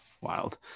wild